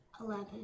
Eleven